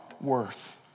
worth